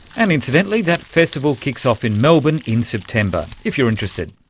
and incidentally that festival kicks off in melbourne in september, if you're interested.